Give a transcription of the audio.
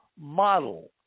model